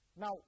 Now